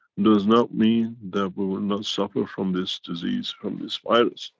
does not mean that we will not suffer from this disease from this virus.